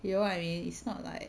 you know what I mean it's not like